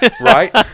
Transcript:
Right